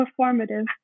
performative